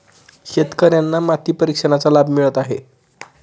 शेतकर्यांना माती परीक्षणाचा लाभ मिळत आहे